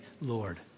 Lord